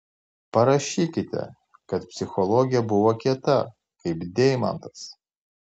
parašykite kad psichologė buvo kieta kaip deimantas